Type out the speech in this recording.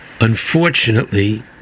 unfortunately